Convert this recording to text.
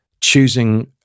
choosing